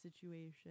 situation